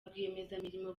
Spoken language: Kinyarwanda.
rwiyemezamirimo